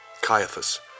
Caiaphas